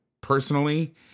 personally